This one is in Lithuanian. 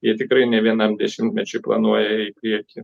jie tikrai ne vienam dešimtmečiui planuoja į priekį